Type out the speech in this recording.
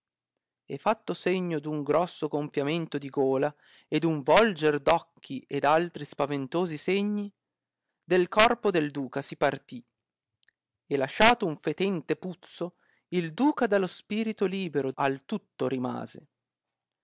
e fatto segno d'un grosso gonfiamento di gola e d un volger d occhi ed altri spaventosi segni del corpo del duca si partì e lasciato un fetente puzzo il duca da lo spirito libero al tutto rimase